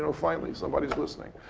and finally, somebody's listening.